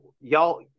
y'all